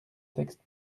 texte